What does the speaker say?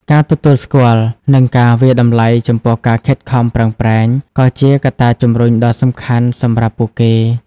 ការទទួលស្គាល់ និងការវាយតម្លៃចំពោះការខិតខំប្រឹងប្រែង ក៏ជាកត្តាជំរុញដ៏សំខាន់សម្រាប់ពួកគេ។